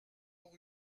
pour